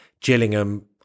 Gillingham